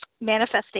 manifestation